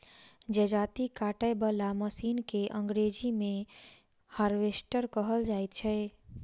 जजाती काटय बला मशीन के अंग्रेजी मे हार्वेस्टर कहल जाइत छै